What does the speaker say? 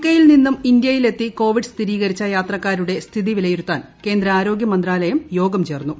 K യിൽ നിന്നും ഇന്ത്യയിലെത്തി കോവിഡ് സ്ഥിരീകരിച്ച യാത്രക്കാരുടെ സ്ഥിതി വിലയിരുത്താൻ കേന്ദ്ര ആരോഗ്യമന്ത്രാലയം യോഗം ചേർന്നു